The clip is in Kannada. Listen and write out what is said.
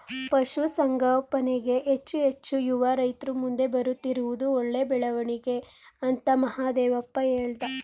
ಪಶುಸಂಗೋಪನೆಗೆ ಹೆಚ್ಚು ಹೆಚ್ಚು ಯುವ ರೈತ್ರು ಮುಂದೆ ಬರುತ್ತಿರುವುದು ಒಳ್ಳೆ ಬೆಳವಣಿಗೆ ಅಂತ ಮಹಾದೇವಪ್ಪ ಹೇಳ್ದ